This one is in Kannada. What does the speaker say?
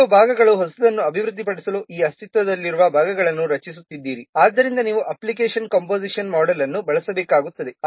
ಕೆಲವು ಭಾಗಗಳು ಹೊಸದನ್ನು ಅಭಿವೃದ್ಧಿಪಡಿಸಲು ಈ ಅಸ್ತಿತ್ವದಲ್ಲಿರುವ ಭಾಗಗಳನ್ನು ರಚಿಸುತ್ತಿದ್ದೀರಿ ಆದ್ದರಿಂದ ನೀವು ಅಪ್ಲಿಕೇಶನ್ ಕಂಪೋಸಿಷನ್ ಮೋಡೆಲ್ ಅನ್ನು ಬಳಸಬೇಕಾಗುತ್ತದೆ